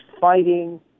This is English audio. fighting